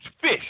fish